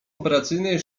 operacyjnej